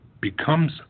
becomes